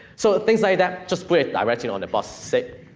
so, things like that, just put it directly on the box. save,